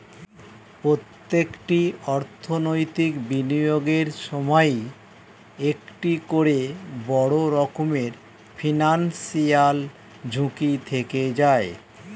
প্রত্যেকটি অর্থনৈতিক বিনিয়োগের সময়ই একটা করে বড় রকমের ফিনান্সিয়াল ঝুঁকি থেকে যায়